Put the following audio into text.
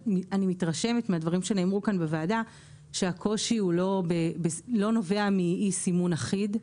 אני מתרשמת מהדברים שנאמרו כאן בוועדה שהקושי לא נובע מאי סימון אחיד,